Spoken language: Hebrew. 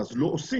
אז לא עושים.